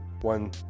one